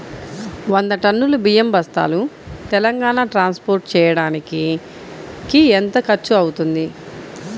వంద టన్నులు బియ్యం బస్తాలు తెలంగాణ ట్రాస్పోర్ట్ చేయటానికి కి ఎంత ఖర్చు అవుతుంది?